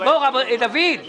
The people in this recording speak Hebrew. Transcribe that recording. ננעלה